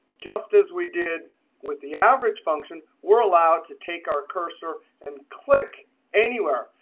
just as we did with the average function, we're allowed to take our cursor and click anywhere.